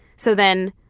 so then,